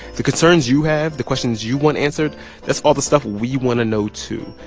the concerns you have, the questions you want answered that's all the stuff we want to know, too.